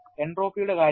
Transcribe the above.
എൻട്രോപ്പിയുടെ കാര്യമോ